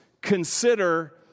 consider